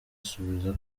asubiza